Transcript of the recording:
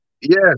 Yes